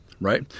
right